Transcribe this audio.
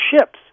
ships